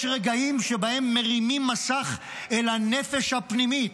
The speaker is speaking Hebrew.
יש רגעים שבהם מרימים מסך אל הנפש הפנימית,